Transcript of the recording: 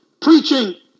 Preaching